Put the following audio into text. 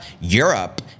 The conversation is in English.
Europe